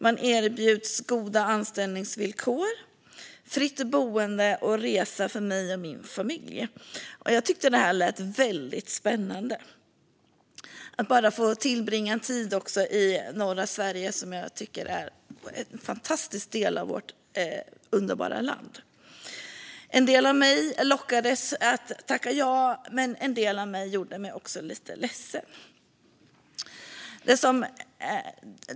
Man erbjuds goda anställningsvillkor, fritt boende och resa för sig och sin familj. Jag tyckte att det här lät väldigt spännande. Tänk bara att få tillbringa en tid i norra Sverige som är en fantastisk del av vårt underbara land! En del av mig lockades att tacka ja samtidigt som en del av mig blev lite ledsen.